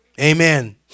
Amen